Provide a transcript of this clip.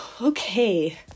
Okay